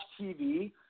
TV